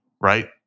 right